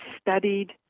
studied